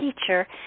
teacher